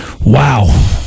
Wow